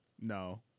No